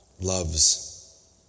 loves